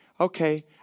okay